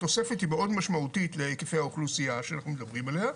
התוספת היא מאוד משמעותית להיקפי האוכלוסייה שאנחנו מדברים עליה,